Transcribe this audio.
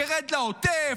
תרד לעוטף,